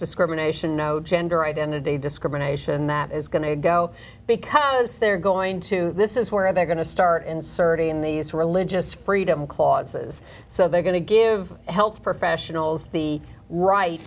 discrimination no gender identity discrimination that is going to go because they're going to this is where they're going to start inserting in these religious freedom clauses so they're going to give health professionals the right